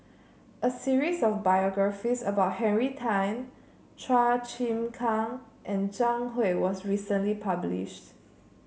a series of biographies about Henry Tan Chua Chim Kang and Zhang Hui was recently publishes